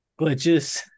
glitches